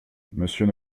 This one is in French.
monsieur